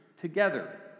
together